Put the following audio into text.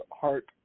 Heart